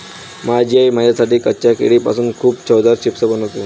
माझी आई माझ्यासाठी कच्च्या केळीपासून खूप चवदार चिप्स बनवते